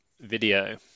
video